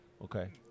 Okay